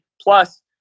Plus